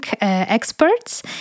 experts